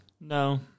No